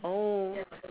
oh